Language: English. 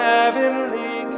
Heavenly